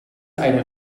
eine